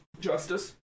Justice